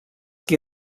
qui